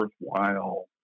worthwhile